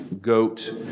goat